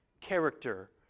character